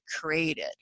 created